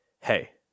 Hey